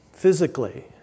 Physically